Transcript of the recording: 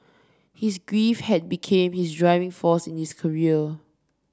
his grief had become his driving force in his career